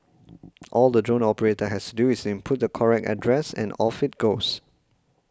all the drone operator has do is input the correct address and off it goes